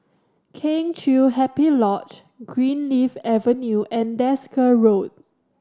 Kheng Chiu Happy Lodge Greenleaf Avenue and Desker Road